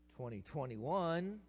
2021